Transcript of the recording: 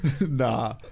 Nah